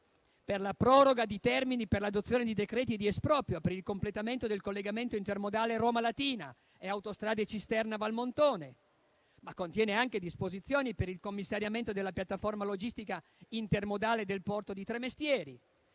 per la proroga di termini per l'adozione di decreti di esproprio per il completamento del collegamento intermodale Roma-Latina e autostrada Cisterna-Valmontone; ma anche disposizioni per il commissariamento della piattaforma logistica intermodale del porto di Tremestieri;